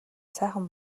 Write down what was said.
сайхан